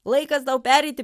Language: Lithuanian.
laikas pereiti